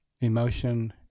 emotion